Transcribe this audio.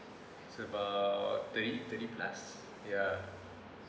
it's about thirty thirty plus ya